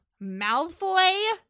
Malfoy